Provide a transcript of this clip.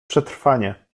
przetrwanie